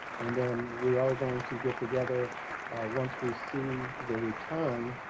and then we are going to get together once we see the return,